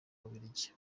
bubiligi